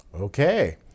okay